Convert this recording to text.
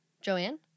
Joanne